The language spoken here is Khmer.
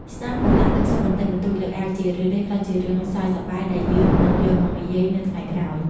ស្នាមប្រឡាក់ទឹកស៊ុបបន្តិចបន្តួចលើអាវ ជារឿយៗក្លាយជារឿងសើចសប្បាយដែលយើងនឹងយកមកនិយាយនៅថ្ងៃក្រោយ។